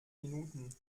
minuten